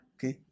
Okay